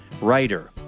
writer